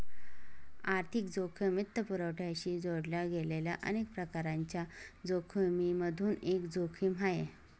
आर्थिक जोखिम वित्तपुरवठ्याशी जोडल्या गेलेल्या अनेक प्रकारांच्या जोखिमिमधून एक जोखिम आहे